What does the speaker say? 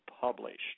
published